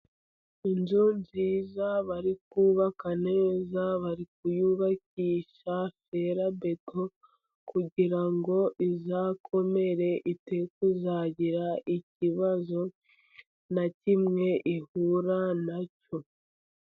Inzu nziza bari kubabakaneza, bari kuyubakisha ferabeto kugira ngo izakomere, yekuzagira ikibazo na kimwe ihura nacyo.